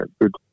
good